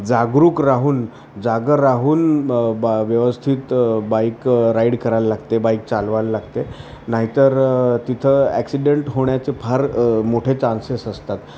जागरूक राहून जागं राहून बा व्यवस्थित बाईक राईड करायला लागते बाईक चालवायला लागते नाहीतर तिथं ॲक्सिडेंट होण्याचे फार मोठे चान्सेस असतात